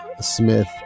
Smith